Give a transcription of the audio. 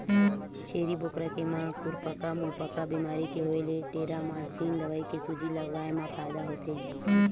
छेरी बोकरा के म खुरपका मुंहपका बेमारी के होय ले टेरामारसिन दवई के सूजी लगवाए मा फायदा होथे